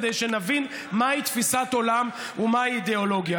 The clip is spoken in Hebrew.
כדי שנבין מהי תפיסת עולם ומהי אידיאולוגיה.